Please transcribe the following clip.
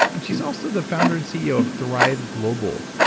and she's also the founder and ceo of thrive global,